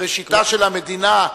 בראשיתה של המדינה,